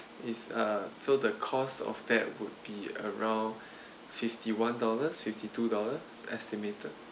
is uh so the cost of that would be around fifty-one dollars fifty-two dollars estimated